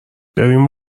بریم